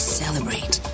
celebrate